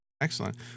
Excellent